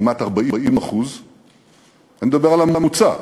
כמעט 40%. אני מדבר על ממוצע.